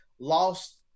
lost